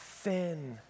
thin